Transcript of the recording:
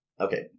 okay